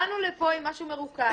הגענו לפה עם משהו מרוכך.